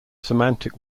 semantic